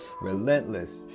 Relentless